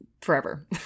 forever